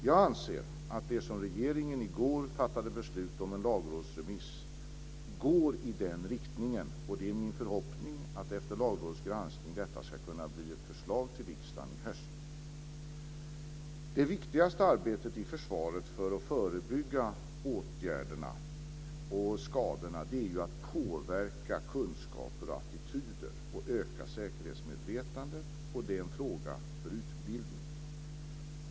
Jag anser att det beslut som regeringen i går fattade om en lagrådsremiss går i den riktningen. Det är min förhoppning att detta efter lagrådets granskning ska kunna bli ett förslag till riksdagen i höst. Det viktigaste arbetet i försvaret för att förebygga åtgärderna och skadorna är att påverka kunskaper och attityder och öka säkerhetsmedvetandet. Det är en fråga om utbildning.